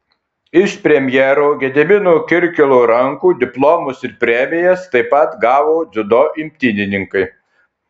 iš premjero gedimino kirkilo rankų diplomus ir premijas taip pat gavo dziudo imtynininkai